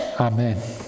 Amen